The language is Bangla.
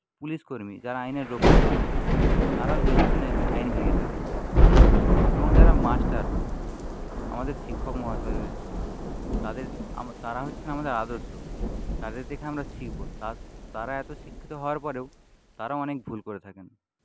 পুলিশকর্মী যারা আইনের রক্ষক হয় তারাও জেনে শুনে আইন ভেঙে থাকেন এবং যারা মাষ্টার আমাদের শিক্ষক মহাশয় রয়েছেন তাদের তারা হচ্ছেন আমাদের আদর্শ তাদের দেখে আমরা শিখবো তারা এতো শিক্ষিত হওয়ার পরেও তারা অনেক ভুল করে থাকেন